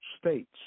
states